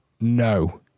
no